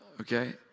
Okay